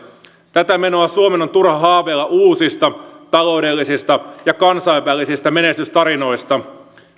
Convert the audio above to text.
tätä menoa suomen on turha haaveilla uusista taloudellisista ja kansainvälisistä menestystarinoista